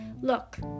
look